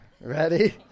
Ready